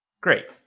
Great